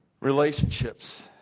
Relationships